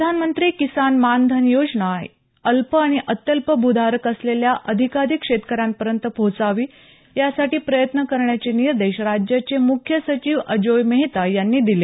प्रधानमंत्री किसान मानधन ही योजना अल्प आणि अत्यल्प भू धारक असलेल्या अधिकाधिक शेतकऱ्यांपर्यंत पोहोचावी यासाठी प्रयत्न करण्याचे निर्देश राज्याचे मुख्य सचिव अजोय मेहता यांनी दिले